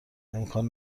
امکان